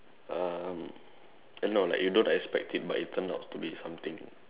um eh no like you don't expect it but it turned out to be something